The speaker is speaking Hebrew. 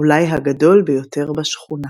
אולי הגדול ביותר בשכונה.